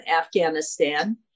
Afghanistan